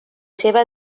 seva